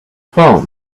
phone